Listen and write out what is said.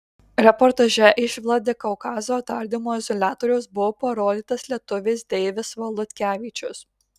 reportaže iš vladikaukazo tardymo izoliatoriaus buvo parodytas lietuvis deivis valutkevičius